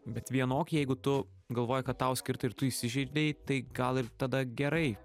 bet vienok jeigu tu galvoji kad tau skirta ir tu įsižeidei tai gal ir tada gerai